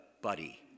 buddy